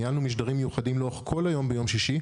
ניהלנו משדרים מיוחדים לאורך כל היום ביום שישי.